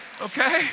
okay